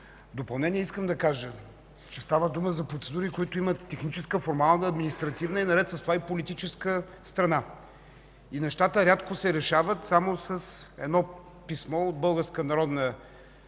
допълнение искам да кажа, че става дума за процедури, които имат техническа, формална, административна, наред с това и политическа страна. И нещата рядко се решават само с едно писмо от